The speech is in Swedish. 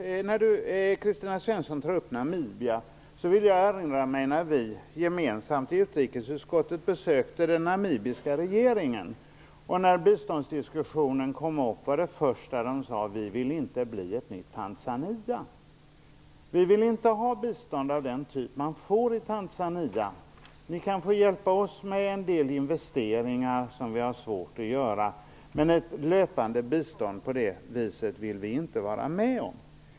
Kristina Svensson tog upp Namibia. Jag erinrar mig då det tillfälle när vi i utrikesutskottet gemensamt besökte den namibiska regeringen. Det första man sade när biståndsdiskussionen kom upp var: Vi vill inte bli ett nytt Tanzania. Vi vill inte ha bistånd av den typ som Tanzania får. Ni kan få hjälpa oss med en del investeringar som vi har svårt att göra, men ett sådant löpande bistånd som man har i Tanzania vill vi inte vara med om.